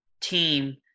team